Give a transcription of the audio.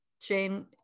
Jane